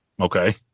Okay